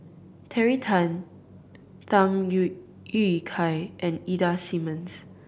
Terry Tan Tham Yui Yui Kai and Ida Simmons